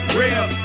real